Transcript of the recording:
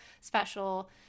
special